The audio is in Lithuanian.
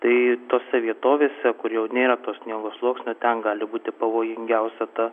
tai tose vietovėse kur jau nėra sniego sluoksnio ten gali būti pavojingiausia ta